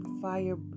fire